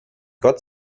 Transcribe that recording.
gott